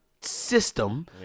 system